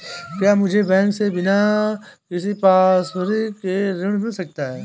क्या मुझे बैंक से बिना किसी संपार्श्विक के ऋण मिल सकता है?